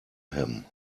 him